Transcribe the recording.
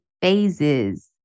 phases